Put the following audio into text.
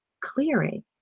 clearing